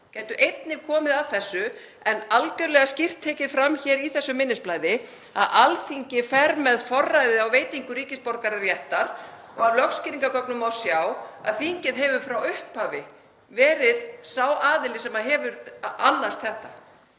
gætu einnig komið að, en algerlega skýrt tekið fram hér í þessu minnisblaði að Alþingi fer með forræði á veitingu ríkisborgararéttar. Af lögskýringargögnum má sjá að þingið hefur frá upphafi verið sá aðili sem hefur annast þetta.